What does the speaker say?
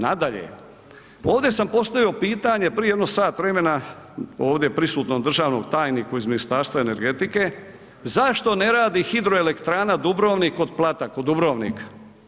Nadalje, ovdje sam postavio pitanje prije jedno sat vremena ovdje prisutnom državnom tajniku iz Ministarstva energetike, zašto ne radi HE Dubrovnik kod Plata, kod Dubrovnika?